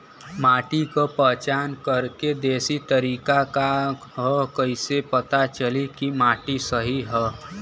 माटी क पहचान करके देशी तरीका का ह कईसे पता चली कि माटी सही ह?